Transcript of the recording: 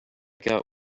got